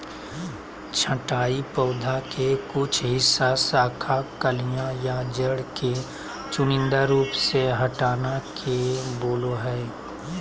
छंटाई पौधा के कुछ हिस्सा, शाखा, कलियां या जड़ के चुनिंदा रूप से हटाना के बोलो हइ